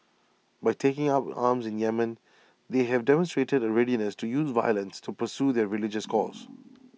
by taking up arms in Yemen they have demonstrated A readiness to use violence to pursue their religious cause